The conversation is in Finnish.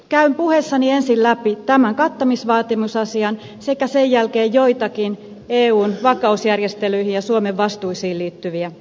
käyn puheessani ensin läpi tämän kattamisvaatimusasian sekä sen jälkeen joitakin eun vakausjärjestelyihin ja suomen vastuisiin liittyviä seikkoja